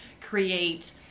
create